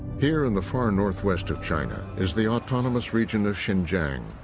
here, in the far northwest of china, is the autonomous region of xinjiang.